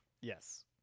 Yes